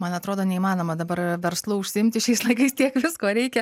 man atrodo neįmanoma dabar verslu užsiimti šiais laikais tiek visko reikia